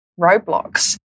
roadblocks